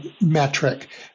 metric